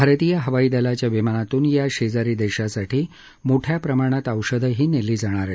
भारतीय हवाईदलाच्या विमानातून या शेजारी देशासाठी मोठ्या प्रमाणात औषधंही नेली जाणार आहेत